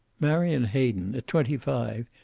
marion hayden, at twenty-five,